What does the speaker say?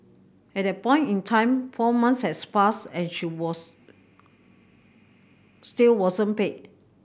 at that point in time four months has passed and she was still wasn't paid